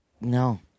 no